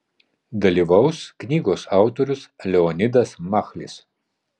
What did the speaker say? dalyvaus knygos autorius leonidas machlis